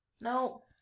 No